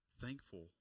thankful